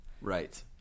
right